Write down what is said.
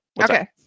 Okay